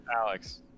alex